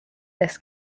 this